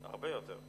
הרבה יותר?